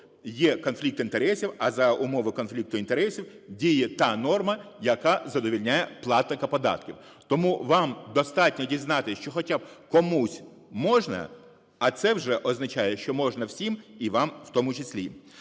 є конфлікт інтересів, а за умови конфлікту інтересів діє та норма, яка задовольняє платника податків. Тому вам достатньо дізнатися, що хоча б комусь можна, а це вже означає, що можна всім (і вам у тому числі).